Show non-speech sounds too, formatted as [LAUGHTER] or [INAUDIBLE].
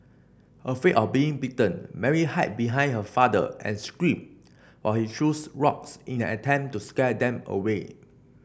afraid of being bitten Mary [UNINTELLIGIBLE] behind her father and screamed while he threw [UNINTELLIGIBLE] rocks in an attempt to scare them away